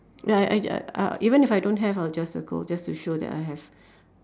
ya I ya uh even if I don't have I'll just circle just to show that I have